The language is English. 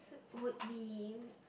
would be